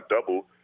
double